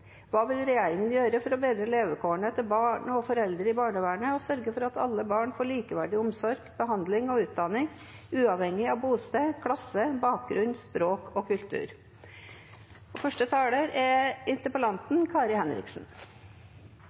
Hva vil regjeringa gjøre for å bedre levekårene til barn og foreldre i barnevernet og sørge for at alle barn får likeverdig omsorg, behandling og utdanning, uavhengig av bosted, klasse, bakgrunn, språk og kultur? Og